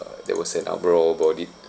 uh there was an uproar about it